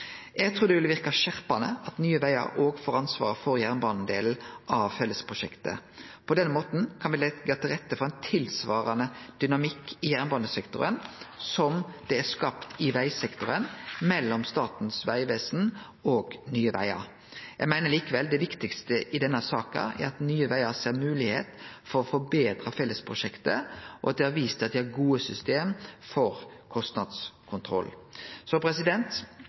Eg trur det ville verka skjerpande at Nye Vegar òg får ansvar for jernbanedelen av fellesprosjektet. På denne måten kan me leggje til rette for ein tilsvarande dynamikk i jernbanesektoren som det er skapt i vegsektoren mellom Statens vegvesen og Nye Vegar. Eg meiner likevel det viktigaste i denne saka er at Nye Vegar ser moglegheit for å forbetre fellesprosjektet, og at dei har vist at dei har gode system for kostnadskontroll.